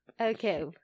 okay